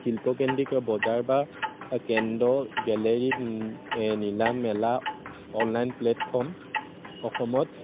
শিল্পকেন্দ্ৰিক বজাৰ বা কেন্দ্ৰ গেলেৰী নিলাম মেলা অনলাইন প্লেটফৰ্ম অসমত